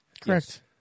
Correct